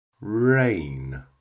rain